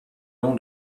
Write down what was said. nom